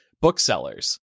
booksellers